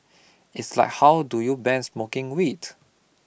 it's like how do you ban smoking weed